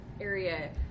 area